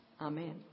Amen